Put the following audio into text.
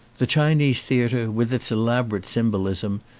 the chinese theatre, with its elaborate symbolism,